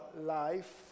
life